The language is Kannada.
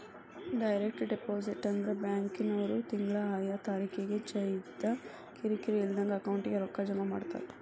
ಡೈರೆಕ್ಟ್ ಡೆಪಾಸಿಟ್ ಅಂದ್ರ ಬ್ಯಾಂಕಿನ್ವ್ರು ತಿಂಗ್ಳಾ ಆಯಾ ತಾರಿಕಿಗೆ ಯವ್ದಾ ಕಿರಿಕಿರಿ ಇಲ್ದಂಗ ಅಕೌಂಟಿಗೆ ರೊಕ್ಕಾ ಜಮಾ ಮಾಡ್ತಾರ